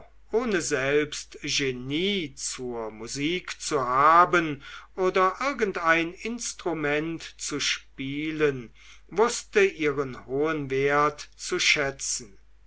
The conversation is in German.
ohne selbst genie zur musik zu haben oder irgendein instrument zu spielen wußte ihren hohen wert zu schätzen